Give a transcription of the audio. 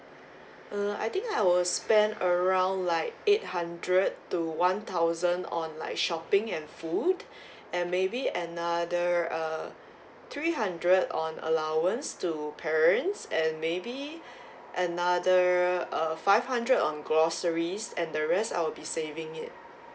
uh I think I will spend around like eight hundred to one thousand on like shopping and food and maybe another err three hundred on allowance to parents and maybe another uh five hundred on groceries and the rest I will be saving it